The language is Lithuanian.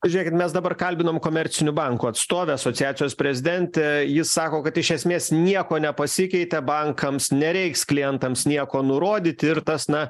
žiūrėkit mes dabar kalbinom komercinių bankų atstovę asociacijos prezidentę ji sako kad iš esmės nieko nepasikeitė bankams nereiks klientams nieko nurodyti ir tas na